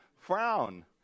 Frown